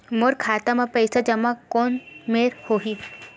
मोर खाता मा पईसा जमा कोन मेर होही?